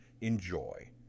Enjoy